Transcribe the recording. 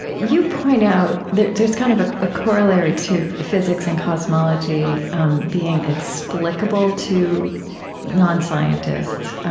ah you point out that there's kind of a ah corollary to physics and cosmology um being explicable to non-scientists,